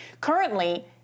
Currently